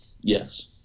yes